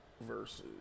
versus